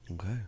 Okay